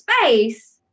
space